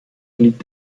liegt